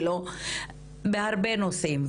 ולא בהרבה נושאים.